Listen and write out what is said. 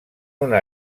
una